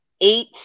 eight